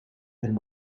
and